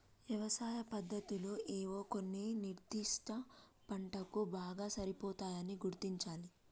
యవసాయ పద్దతులు ఏవో కొన్ని నిర్ధిష్ట పంటలకు బాగా సరిపోతాయని గుర్తించాలి